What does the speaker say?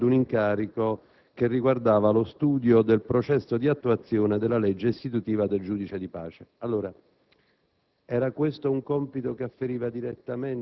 Guardasigilli, che non nominerò, era relativo ad un incarico che riguardava lo studio del processo di attuazione della legge istitutiva del giudice di pace.